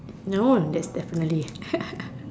no one that's definitely